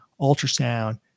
ultrasound